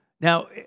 Now